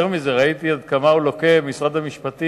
יותר מזה, ראיתי עד כמה הוא לוקה במשרד המשפטים